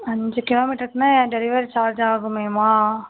அஞ்சு கிலோமீட்டருக்குன்னா delivery charge ஆகுமேம்மா